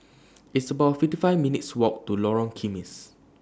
It's about fifty five minutes' Walk to Lorong Kismis